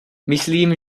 myslím